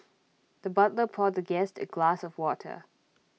the butler poured the guest A glass of water